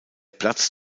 platz